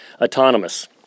autonomous